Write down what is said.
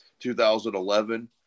2011